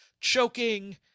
choking